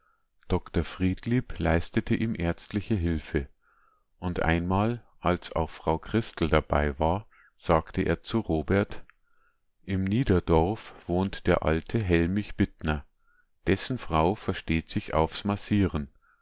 dr friedlieb leistete ihm ärztliche hilfe und einmal als auch frau christel dabei war sagte er zu robert im niederdorf wohnt der alte hellmich bittner dessen frau versteht sich aufs massieren